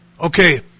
Okay